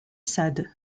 sade